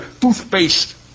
toothpaste